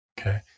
Okay